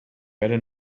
werde